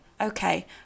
okay